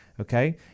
okay